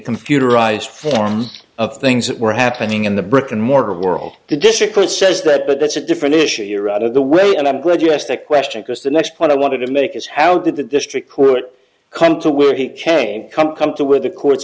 computerized form of things that were happening in the brick and mortar world the district court says that but that's a different issue you're out of the way and i'm glad you asked that question because the next point i want to make is how did the district court come to where he can come to with the court